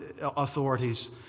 authorities